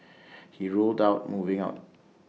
he ruled out moving out